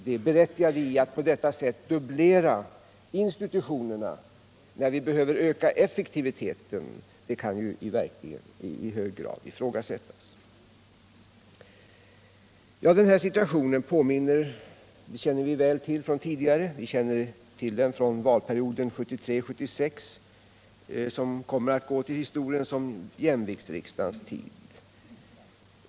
Det berättigade i att på detta sätt dubblera institutionerna när vi behöver öka effektiviteten kan ju verkligen i hög grad ifrågasättas. Den här situationen känner vi väl till sedan tidigare. Den förelåg under valperioden 1973-1976, som kommer att gå till historien som jämviktsriksdagens tid.